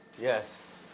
Yes